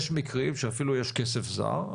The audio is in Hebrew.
יש מקרים שאפילו יש כסף זר,